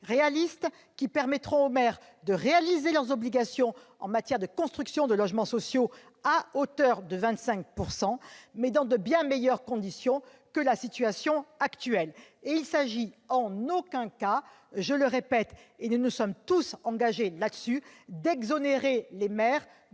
pour permettre aux maires de réaliser leurs obligations en matière de construction de logements sociaux à hauteur de 25 %, mais dans de bien meilleures conditions qu'actuellement. Il ne s'agit en aucun cas, je le répète, et nous nous sommes tous engagés sur ce point, d'exonérer les maires